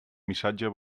missatge